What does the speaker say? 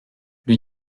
lui